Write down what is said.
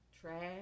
Trash